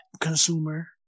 consumer